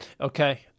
Okay